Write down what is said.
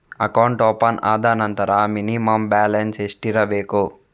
Account open ಆದ ನಂತರ minimum balance ಎಷ್ಟಿರಬೇಕು?